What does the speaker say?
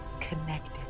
connected